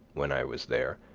when i was there,